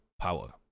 power